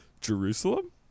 Jerusalem